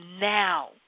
now